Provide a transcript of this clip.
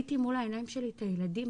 ראיתי מול העיניים שלי את הילדים,